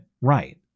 right